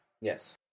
Yes